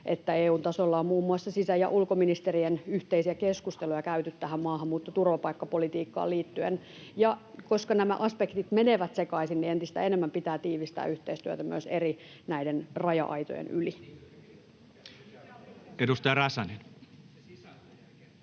että EU:n tasolla on muun muassa sisä- ja ulkoministerien yhteisiä keskusteluja käyty tähän maahanmuutto- ja turvapaikkapolitiikkaan liittyen. Ja koska nämä aspektit menevät sekaisin, niin entistä enemmän pitää tiivistää yhteistyötä myös näiden eri raja-aitojen yli.